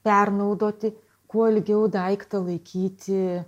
pernaudoti kuo ilgiau daiktą laikyti